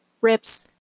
rips